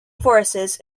forces